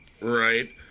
right